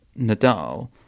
Nadal